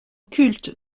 culte